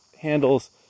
handles